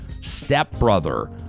stepbrother